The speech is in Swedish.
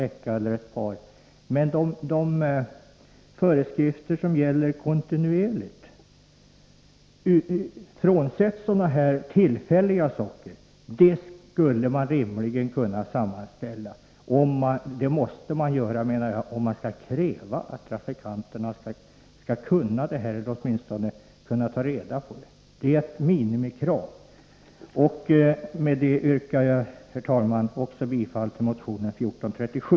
Men de föreskrifter som gäller kontinuerligt, frånsett tillfälliga saker, skulle man rimligen kunna sammanställa. Det måste man kunna göra om man skall kräva att trafikanterna skall kunna dem. Trafikanterna skall åtminstone kunna ta reda på dem. Det är ett minimikrav. Med detta yrkar jag, herr talman, bifall till motion 1437.